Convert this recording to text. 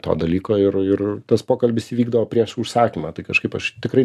to dalyko ir ir tas pokalbis įvykdavo prieš užsakymą tai kažkaip aš tikrai